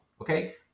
Okay